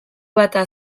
bata